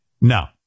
No